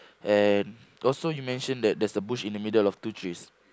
and also you mention that there's a bush in the middle of two trees